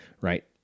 right